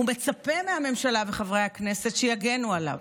ומצפה מהממשלה וחברי הכנסת שיגנו עליו.